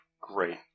great